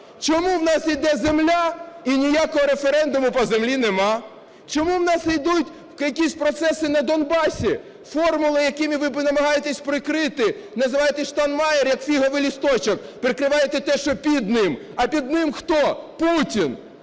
Чому у нас іде земля, і ніякого референдуму по землі нема? Чому у нас ідуть якісь процеси на Донбасі, формули, якими ви намагаєтесь прикрити, називаєте "Штайнмайєр", як фіговий листочок, прикриваєте те, що під ним, а під ним хто? Путін.